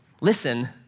Listen